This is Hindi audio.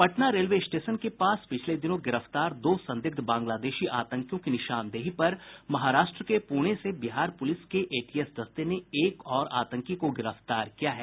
पटना रेलवे स्टेशन के पास पिछले दिनों गिरफ्तार दो संदिग्ध बाग्लादेशी आतंकियों की निशानदेही पर महाराष्ट्र के पुणे से बिहार पुलिस के एटीएस दस्ते ने एक और आतंकी को गिरफ्तार किया है